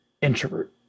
introvert